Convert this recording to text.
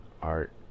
art